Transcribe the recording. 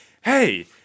Hey